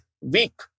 weak